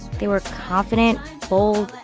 they were confident, bold,